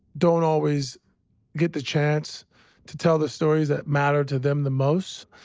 don't always get the chance to tell the stories that matter to them the most.